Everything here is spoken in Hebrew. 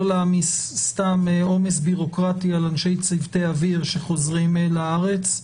להעמיס סתם עומס בירוקרטי על אנשי צוותי אוויר שחוזרים לארץ.